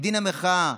מדין המחאה,